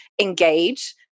engage